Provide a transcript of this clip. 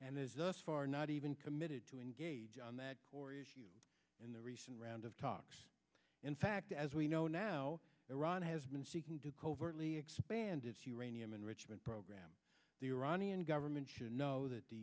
and is us far not even committed to engage on that in the recent round of talks in fact as we know now iran has been seeking to covertly expand its uranium enrichment program the iranian government should know that the